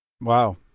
Wow